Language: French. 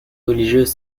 religieuses